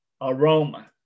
aroma